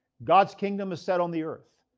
god's kingdom is set on the earth.